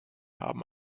haben